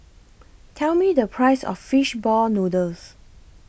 Tell Me The Price of Fish Ball Noodles